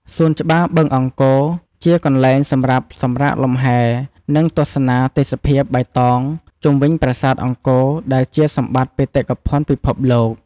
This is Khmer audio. សួនច្បារបឹងអង្គរ ជាកន្លែងសម្រាប់សម្រាកលំហែ និងទស្សនាទេសភាពបៃតងជុំវិញប្រាសាទអង្គរ ដែលជាសម្បត្តិបេតិកភណ្ឌពិភពលោក។